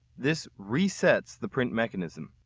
this resets the print mechanism.